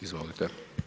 Izvolite.